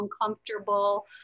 uncomfortable